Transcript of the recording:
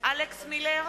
אלכס מילר,